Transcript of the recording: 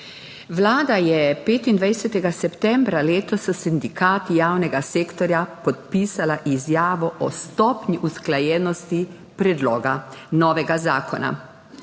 Vlada je 25. septembra letos s sindikati javnega sektorja podpisala izjavo o stopnji usklajenosti predloga novega zakona.